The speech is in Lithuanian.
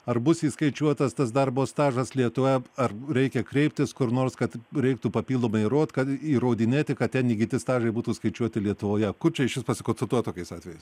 ar bus įskaičiuotas tas darbo stažas lietuvoj ar reikia kreiptis kur nors kad reiktų papildomai rod kad įrodinėti kad ten įgyti stažai būtų skaičiuoti lietuvoje kur čia iš vis pasikonsultuot tokiais atvejais